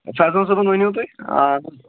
فیضان صٲبن ؤنِو تُہۍ